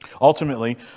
Ultimately